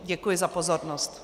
Děkuji za pozornost.